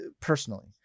personally